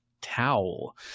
towel